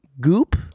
goop